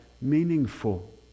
meaningful